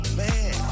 man